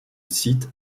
site